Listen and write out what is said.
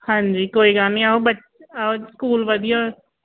ਹਾਂਜੀ ਕੋਈ ਗੱਲ ਨਹੀਂ ਆਹੋ ਬ ਆਹੋ ਸਕੂਲ ਵਧੀਆ